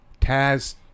Taz